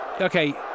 Okay